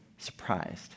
Surprised